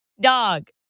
Dog